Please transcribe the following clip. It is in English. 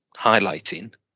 highlighting